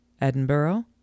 Edinburgh